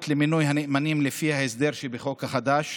למינוי הנאמנים לפי ההסדר שבחוק החדש.